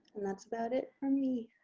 and that's about it for me.